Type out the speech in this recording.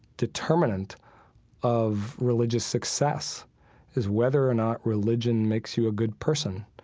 determinant of religious success is whether or not religion makes you a good person.